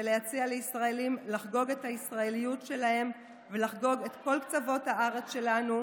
ולהציע לישראלים לחגוג את הישראליות שלהם ולחגוג בכל קצוות הארץ שלנו,